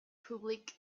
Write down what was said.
public